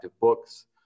books